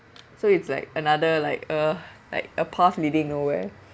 so it's like another like uh like a path leading nowhere